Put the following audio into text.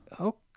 okay